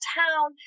town